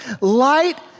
Light